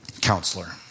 counselor